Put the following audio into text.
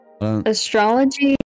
Astrology